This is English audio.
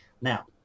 now